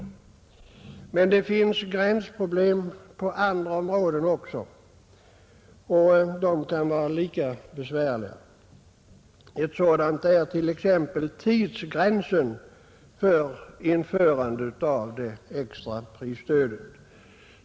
Men det finns gränsproblem på andra områden också, och de kan vara lika besvärliga. Ett sådant är t.ex. tidsgränsen för införandet av det extra prisstödet.